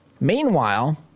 Meanwhile